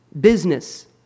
business